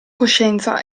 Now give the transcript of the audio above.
coscienza